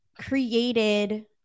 created